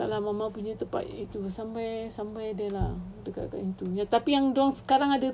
tak lah mama punya tempat itu somewhere somewhere there lah dekat-dekat itu tapi yang sekarang ada